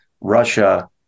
Russia